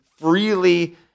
freely